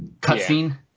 cutscene